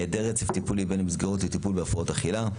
היעדר רצף טיפולי בין המסגרות לטיפול בהפרעות אכילה,